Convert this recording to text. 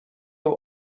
have